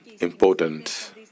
important